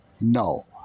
no